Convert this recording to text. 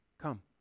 Come